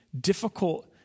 difficult